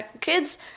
Kids